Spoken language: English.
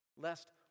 Lest